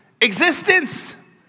existence